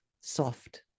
soft